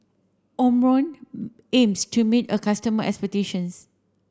Omron aims to meet a customer expectations